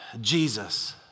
Jesus